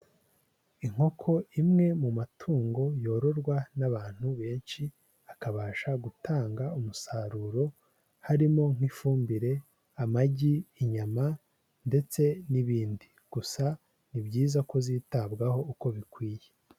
Inkoko imwe mu matungo yororwa n'abantu benshi akabasha gutanga umusaruro harimo nk'ifumbire amagi inyama ndetse n'ibindi gusa ni byiza ko zitabwaho uko bikwiye.